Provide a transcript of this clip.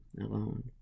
alone